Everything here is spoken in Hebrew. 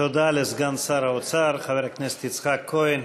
תודה לסגן שר האוצר חבר הכנסת יצחק כהן.